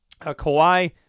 Kawhi